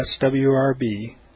swrb